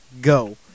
go